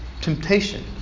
temptation